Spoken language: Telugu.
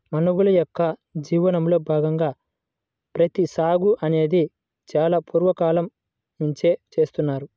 మనుషుల యొక్క జీవనంలో భాగంగా ప్రత్తి సాగు అనేది చాలా పూర్వ కాలం నుంచే చేస్తున్నారు